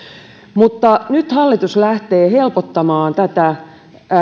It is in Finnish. mutta nyt hallitus lähtee helpottamaan tätä